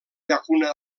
llacuna